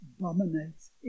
dominates